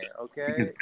Okay